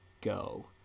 go